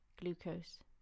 glucose